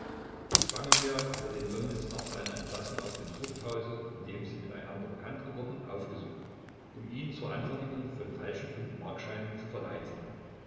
spangenberg hatte den lomnitz nach seiner entlassung aus dem zuchthause in dem sie mit einander bekannt geworden aufgesucht um ihn zur anfertigung von falschen fünfmarkscheinen zu verleiten